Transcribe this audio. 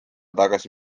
tagasi